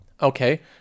Okay